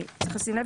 צריך לשים לב,